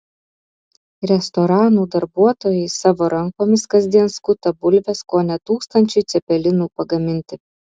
restoranų darbuotojai savo rankomis kasdien skuta bulves kone tūkstančiui cepelinų pagaminti